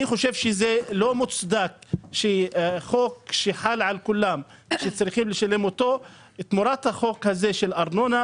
אני חושב שתמורת תשלום הארנונה